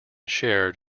shared